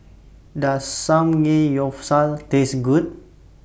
Does Samgeyopsal Taste Good